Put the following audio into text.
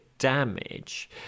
damage